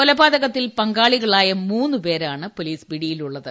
കൊലപാതകത്തിൽ പങ്കാളികളായ ദ പേരാണ് പോലീസ് പിടിയിലുള്ളത്